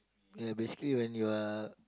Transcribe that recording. ya basically when you are